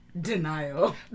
denial